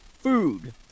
Food